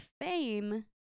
fame